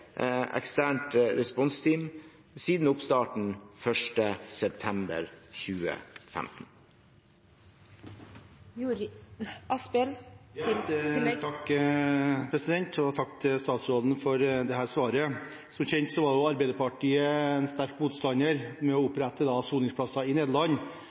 eksternt responsteam siden oppstarten 1. september 2015. Takk til statsråden for dette svaret. Som kjent var Arbeiderpartiet sterkt motstander av å opprette soningsplasser i Nederland.